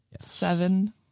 Seven